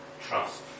trust